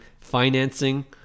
financing